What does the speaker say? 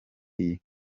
iye